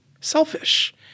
selfish